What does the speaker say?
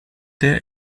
der